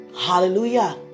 Hallelujah